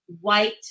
white